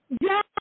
Yes